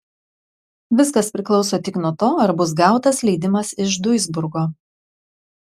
viskas priklauso tik nuo to ar bus gautas leidimas iš duisburgo